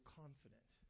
confident